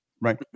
Right